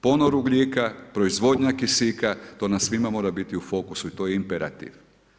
Ponor ugljika, proizvodnja kisika to nam svima mora biti u fokusu i to je imperativ.